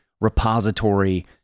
repository